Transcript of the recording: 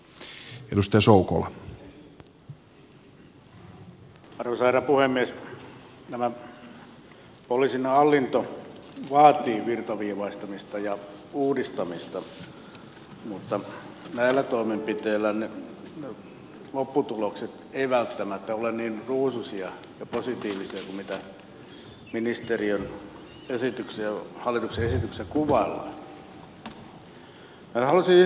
tämä poliisin hallinto vaatii virtaviivaistamista ja uudistamista mutta näillä toimenpiteillä ne lopputulokset eivät välttämättä ole niin ruusuisia ja positiivisia kuin mitä hallituksen esityksessä kuvaillaan